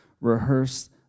Rehearse